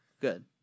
Good